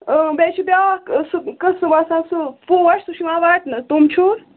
بیٚیہِ چھُ بیٛاکھ قٕسم قٕسم آسان سُہ پوٚش سُہ چھُ یِوان وَٹنہٕ تِم چھِوٕ